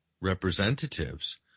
representatives